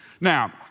Now